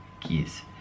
keys